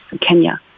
Kenya